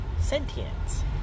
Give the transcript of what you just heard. sentience